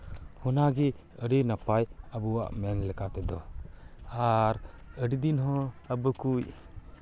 ᱚᱱᱟᱜᱮ ᱟᱹᱰᱤ ᱱᱟᱯᱟᱭ ᱟᱵᱚᱣᱟᱜ ᱢᱮᱱ ᱞᱮᱠᱟ ᱛᱮᱫᱚ ᱟᱨ ᱟᱹᱰᱤ ᱫᱤᱱ ᱦᱚᱸ ᱟᱵᱚ ᱠᱚ